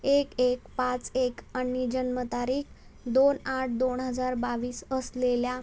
एक एक पाच एक आणि जन्मतारीख दोन आठ दोन हजार बावीस असलेल्या